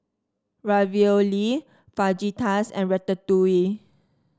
Ravioli Fajitas and Ratatouille